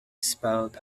spelt